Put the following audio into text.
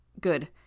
Good